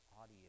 audio